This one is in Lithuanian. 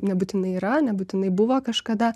nebūtinai yra nebūtinai buvo kažkada